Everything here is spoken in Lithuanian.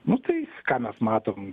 nu tai ką mes matom